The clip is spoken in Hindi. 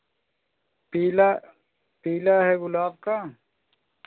पीला पीला है गुलाब का